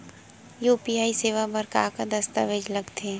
UPI सेवा बर का का दस्तावेज लगथे?